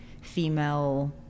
female